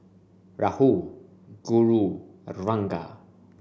Rahul Guru and Ranga